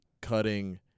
cutting